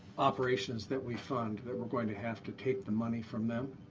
operations that we fund that we're going to have to take the money from them,